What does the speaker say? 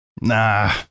Nah